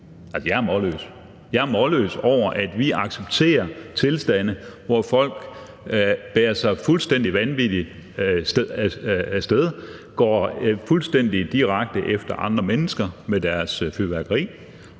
jeg er målløs. Jeg er målløs over, at vi accepterer tilstande, hvor folk opfører sig fuldstændig vanvittigt og går direkte efter andre mennesker med deres fyrværkeri.